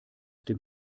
dem